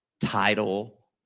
title